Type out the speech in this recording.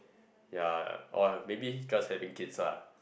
ya or maybe just having kids lah